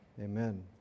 Amen